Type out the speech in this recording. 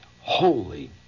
holy